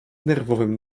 nerwowym